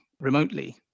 remotely